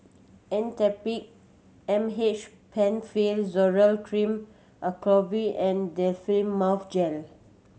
Actrapid Penfill Zoral Cream Acyclovir and Difflam Mouth Gel